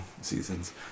seasons